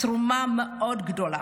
התרומה מאוד גדולה.